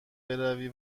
بروی